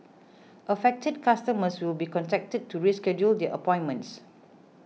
affected customers will be contacted to reschedule their appointments